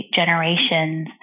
generations